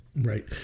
Right